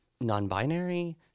non-binary